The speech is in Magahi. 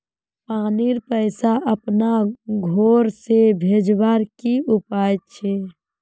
पानीर पैसा अपना घोर से भेजवार की उपाय छे?